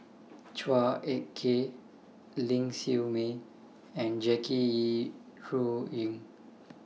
Chua Ek Kay Ling Siew May and Jackie Yi Ru Ying